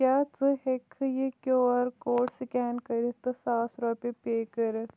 کیٛاہ ژٕ ہیٚککھہٕ یہِ کیو آر کوڈ سٕکین کٔرِتھ تہٕ ساس رۄپیہِ پے کٔرِتھ